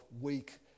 weak